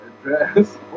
address